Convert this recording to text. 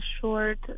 short